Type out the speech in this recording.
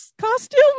costume